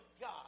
God